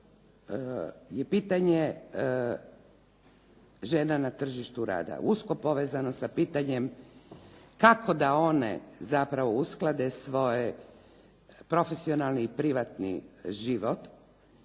je pitanje žena na tržištu rada usko povezano sa pitanjem kako da one zapravo usklade svoj profesionalni i privatni život